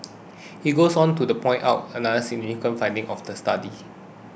he goes on to point out another significant finding of the study